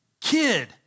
kid